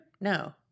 No